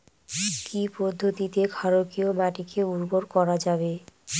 কি পদ্ধতিতে ক্ষারকীয় মাটিকে উর্বর করা যাবে?